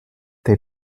they